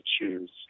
choose